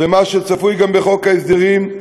ומה שצפוי גם בחוק ההסדרים,